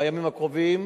בימים הקרובים,